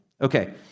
Okay